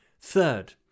Third